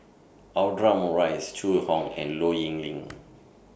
Audra Morrice Zhu Hong and Low Yen Ling